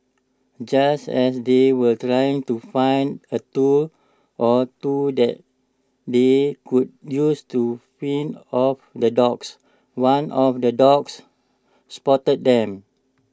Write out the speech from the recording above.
just as they were trying to find A tool or two that they could use to fend off the dogs one of the dogs spotted them